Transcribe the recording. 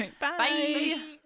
Bye